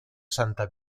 santa